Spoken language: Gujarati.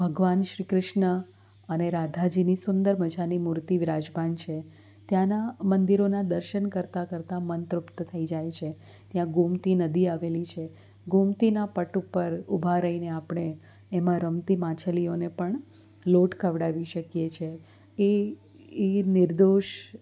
ભગવાન શ્રી ક્રિશ્ન અને રાધાજીની સુંદર મજાની મૂર્તિ બિરાજમાન છે ત્યાંનાં મંદિરોના દર્શન કરતાં કરતાં મંત્રમુગ્ધ થઈ જાય છે ત્યાં ગોમતી નદી આવેલી છે ગોમતીના પટ ઉપર ઉભા રઈને આપળે એમાં રમતી માછલીઓને પણ લોટ ખવડાવી શકીએ છે એ એ નિર્દોષ